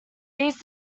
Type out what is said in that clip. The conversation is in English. these